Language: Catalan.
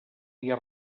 dia